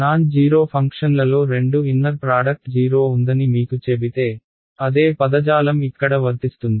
non zero ఫంక్షన్లలో రెండు inner product 0 ఉందని మీకు చెబితే అదే పదజాలం ఇక్కడ వర్తిస్తుంది